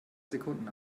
sekunden